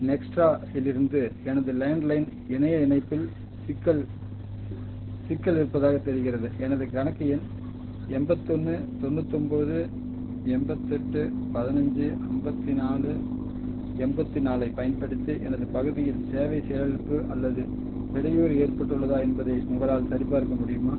நெக்ஸ்ட்ராயிலிருந்து எனது லேண்ட்லைன் இணைய இணைப்பில் சிக்கல் சிக்கல் இருப்பதாகத் தெரிகிறது எனது கணக்கு எண் எண்பத்தொன்று தொண்ணூத்தொம்பது எண்பத்தெட்டு பதனஞ்சு ஐம்பத்தி நாலு எண்பத்தி நாலைப் பயன்படுத்தி எனது பகுதியில் சேவை செயலிழப்பு அல்லது இடையூறு ஏற்பட்டுள்ளதா என்பதை உங்களால் சரிபார்க்க முடியுமா